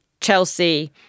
Chelsea